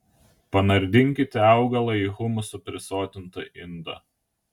panardinkite augalą į humusu prisotintą indą